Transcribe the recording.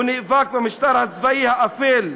הוא נאבק במשטר הצבאי האפל,